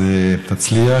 אז תצליח.